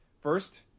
First